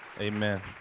Amen